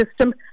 system